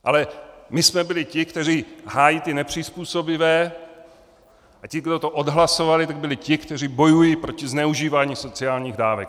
Ale my jsme byli ti, kteří hájí ty nepřizpůsobivé, a ti, kdo to odhlasovali, byli ti, kteří bojují proti zneužívání sociálních dávek.